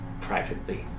privately